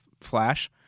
Flash